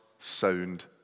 sound